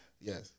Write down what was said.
Yes